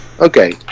Okay